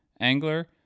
angler